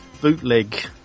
bootleg